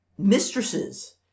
mistresses